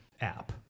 app